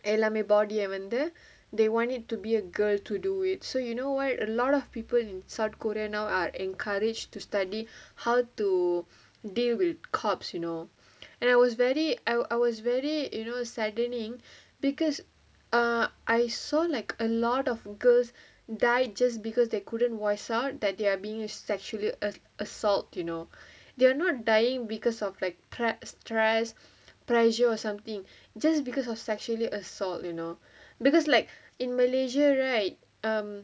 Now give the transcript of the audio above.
எல்லாமே:ellaamae body ah வந்து:vanthu they want it to be a girl to do it so you know why a lot of people in south korea now are encouraged to study how to deal with corpse you know and I was very I was very you know saddening because ah I saw like a lot of girls died just because they could not voice out that they are bein~ being sexually a~ assault you know they are not dying because of like stre~ stress pressure or something just because of sexually assault you know because like in malaysia right uh